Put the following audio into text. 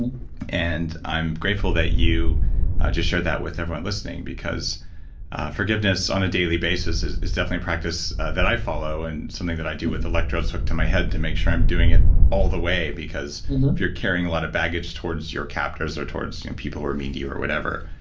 and i'm grateful that you just shared that with everyone listening because forgiveness on a daily basis is is definitely a practice that i follow, and something that i do with electrodes hooked to my head to make sure i'm doing it all the way because if you're carrying a lot of baggage towards your captors or towards people who are mean to you or whatever,